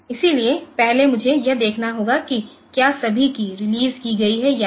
इसलिए पहले मुझे यह देखना होगा कि क्या सभी कीय रिलीज़ की गई हैं या नहीं